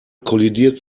kollidiert